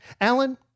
Alan